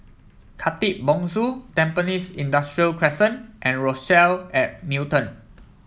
Khatib Bongsu Tampines Industrial Crescent and Rochelle at Newton